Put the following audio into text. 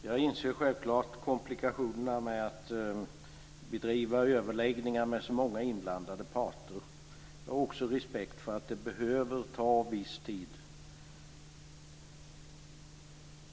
Fru talman! Jag inser självfallet komplikationerna med att driva överläggningar med så många inblandade parter. Jag har också respekt för att det behöver ta viss tid.